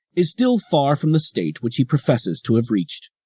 is still far from the state which he professes to have reached.